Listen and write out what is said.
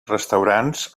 restaurants